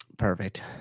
perfect